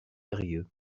eyrieux